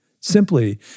simply